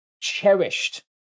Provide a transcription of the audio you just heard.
cherished